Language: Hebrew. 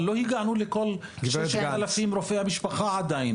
אבל לא הגענו לכל 6,000 רופאי המשפחה.